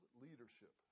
leadership